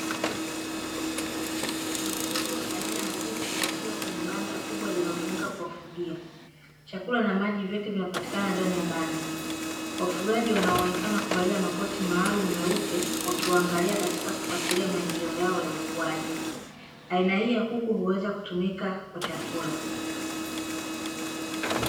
Mifugo aina ya kuku wakiwa kwenye banda kubwa linalotumika kuwafugia. Chakula na maji vyote vinapatikana ndani ya banda. Wafugaji wanaoonekana kuvalia makoti maalumu meupe wakiwaangalia katika kufuatilia maendeleo yao ya ukuaji. Aina hii ya kuku huweza kutumika kwa chakula.